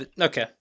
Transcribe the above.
Okay